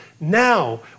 now